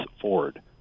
forward